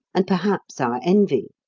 and perhaps our envy.